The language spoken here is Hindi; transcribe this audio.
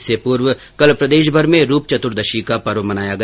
इससे पूर्व कल प्रदेशभर में रूप चतुर्दशी का पर्व मनाया गया